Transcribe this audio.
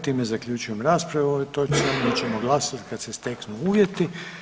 Time zaključujem raspravu o ovoj točci, o njoj ćemo glasat kad se steknu uvjeti.